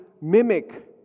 mimic